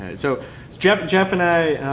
so jeff jeff and i,